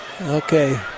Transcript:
Okay